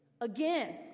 again